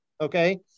Okay